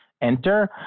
enter